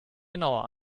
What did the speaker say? genauer